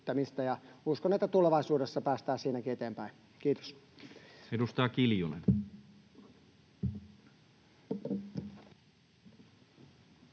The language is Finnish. uskon, että tulevaisuudessa päästään siinäkin eteenpäin. — Kiitos.